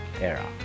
era